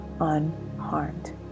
unharmed